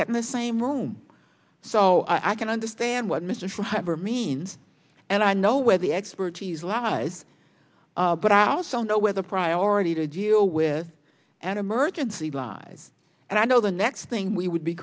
getting the same room so i can understand what mr driver means and i know where the expertise lies but i also know where the priority to deal with an emergency lies and i know the next thing we would be